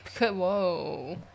Whoa